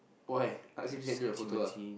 why ask him scared look at your photo ah